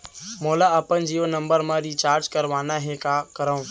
मोला अपन जियो नंबर म रिचार्ज करवाना हे, का करव?